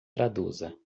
traduza